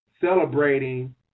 celebrating